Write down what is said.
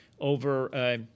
over